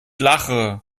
lache